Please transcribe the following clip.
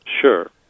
Sure